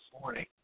morning